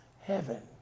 heaven